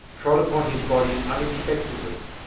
trod upon his body unexpectedly,